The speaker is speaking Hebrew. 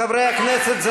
חברי הכנסת,